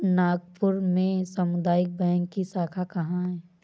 नागपुर में सामुदायिक बैंक की शाखा कहाँ है?